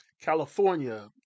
California